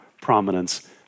prominence